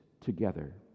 together